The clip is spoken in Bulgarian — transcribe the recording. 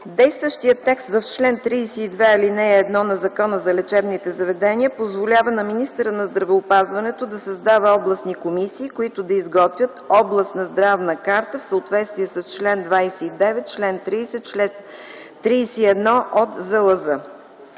Действащият текст в чл. 32, ал. 1 на Закона за лечебните заведения позволява на министъра на здравеопазването да създава областни комисии, които да изготвят областна здравна карта в съответствие с чл. 29, чл. 30, чл. 31 от Закона